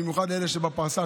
במיוחד אלה שבפרסה,